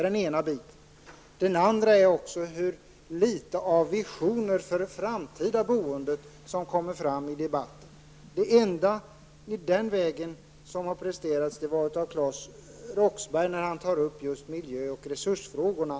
Den andra är hur litet av visioner för det framtida boendet som kommer fram i debatten. Det enda som har presterats i den vägen kommer från Claes Roxbergh när han tar upp miljö och resursfrågorna.